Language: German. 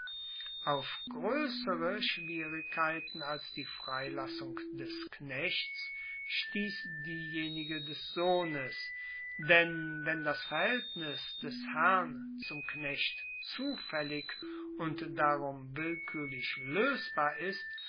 auf groessere schwierigkeiten als die freilassung des knechts stiess diejenige des sohnes denn wenn das verhaeltnis des herrn zum knecht zufaellig und darum willkuerlich loesbar ist